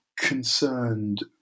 concerned